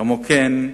כמו כן,